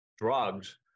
drugs